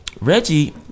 Reggie